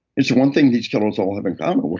it's one thing these killers all have in common.